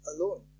alone